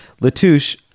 Latouche